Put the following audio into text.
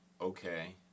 Okay